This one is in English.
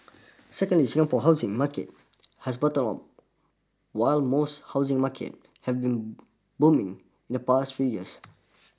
secondly Singapore's housing market has bottomed out while most housing markets have been booming in the past few years